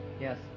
Yes